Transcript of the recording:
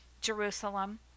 Jerusalem